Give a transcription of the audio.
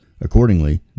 Accordingly